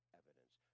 evidence